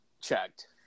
checked